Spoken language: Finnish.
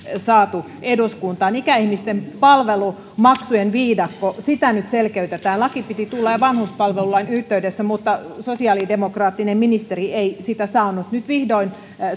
saatu eduskuntaan ikäihmisten palvelumaksujen viidakkoa nyt selkeytetään lain piti tulla jo vanhuspalvelulain yhteydessä mutta sosiaalidemokraattinen ministeri ei sitä saanut nyt vihdoin